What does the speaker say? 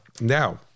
now